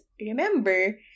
remember